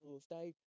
State